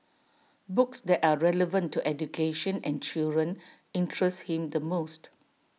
books that are relevant to education and children interest him the most